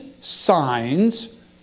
signs